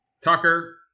Tucker